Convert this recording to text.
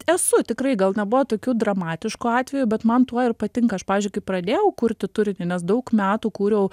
esu tikrai gal nebuvo tokių dramatiškų atvejų bet man tuo ir patinka aš pavyzdžiui kai pradėjau kurti turinį nes daug metų kūriau